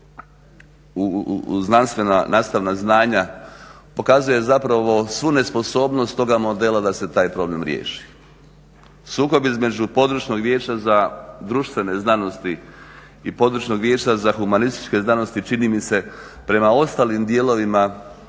u znanstvena nastavna znanja pokazuje zapravo svu nesposobnost toga modela da se taj problem riješi. Sukob između Područnog vijeća za društvene znanosti i Područnog vijeća za humanističke znanosti, čini mi se prema ostalim dijelovima